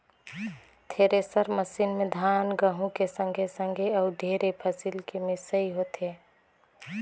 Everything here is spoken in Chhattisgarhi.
थेरेसर मसीन में धान, गहूँ के संघे संघे अउ ढेरे फसिल के मिसई होथे